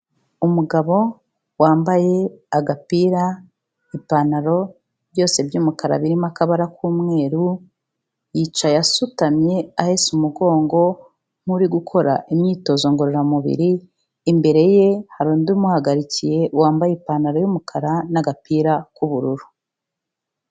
Umugabo wambaye agapira, ipantaro byose by'umukara birimo akabara k'umweru, yicaye asutamye ahese umugongo nk'uri gukora imyitozo ngororamubiri, imbere ye hari undi umuhagarikiye wambaye ipantaro y'umukara n'agapira k'ubururu.